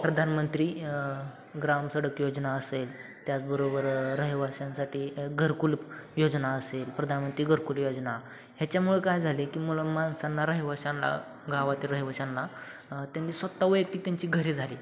प्रधानमंत्री ग्रामसडक योजना असेल त्याचबरोबर रहिवाशांसाठी घरकुल योजना असेल प्रधानमंत्री घरकुल योजना ह्याच्यामुळं काय झाले की मुलं माणसांना रहिवाशांना गावातील रहिवाशांना त्यांनी स्वतः वैयक्तिक त्यांची घरे झाली